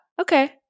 okay